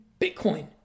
Bitcoin